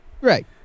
Right